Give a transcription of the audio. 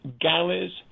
galleys